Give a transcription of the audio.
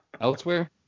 Elsewhere